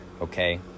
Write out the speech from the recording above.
okay